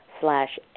slash